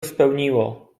spełniło